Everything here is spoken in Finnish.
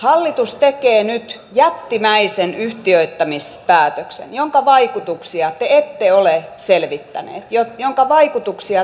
hallitus tekee nyt jättimäisen yhtiöittämispäätöksen jonka vaikutuksia te ette ole selvittäneet jonka vaikutuksia te ette tunne